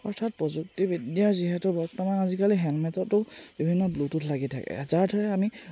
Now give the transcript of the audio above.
অৰ্থাৎ প্ৰযুক্তিবিদ্যাৰ যিহেতু বৰ্তমান আজিকালি হেলমেটতো বিভিন্ন ব্লুটুথ লাগি থাকে যাৰ দ্বাৰা আমি